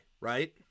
right